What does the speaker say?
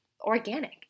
organic